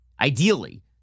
ideally